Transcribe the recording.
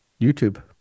youtube